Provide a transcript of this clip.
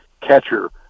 catcher